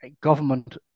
government